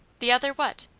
the other what?